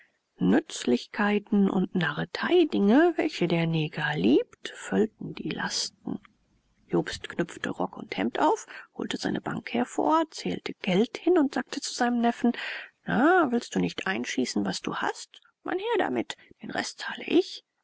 nützlichkeiten und narreteidinge welche der neger liebt füllten die lasten jobst knüpfte rock und hemd auf holte seine bank hervor zählte geld hin und sagte zu seinem neffen na willst du nicht einschießen was du hast man her damit den rest zahle ich